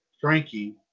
frankie